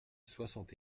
soixante